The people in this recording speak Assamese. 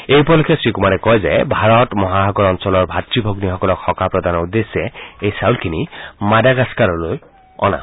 এই উপলক্ষে শ্ৰীকুমাৰে কয় যে ভাৰত মহাসাগৰ অঞ্চলৰ ভাতৃ ভগ্নীসকলক সকাহ প্ৰদানৰ উদ্দেশ্যে এই চাউলখিনি মাডাগাস্কৰলৈ অনা হৈছে